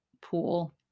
pool